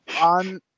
on